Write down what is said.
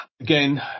again